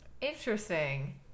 Interesting